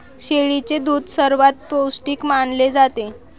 शेळीचे दूध सर्वात पौष्टिक मानले जाते